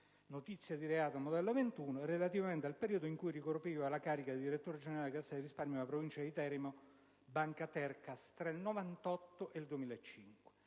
"Notizie di reato modello 21", relativamente al periodo in cui ricopriva la carica di direttore generale della Cassa di risparmio della Provincia di Teramo, banca Tercas, tra il 1998 ed il 2005;